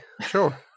Sure